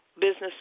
business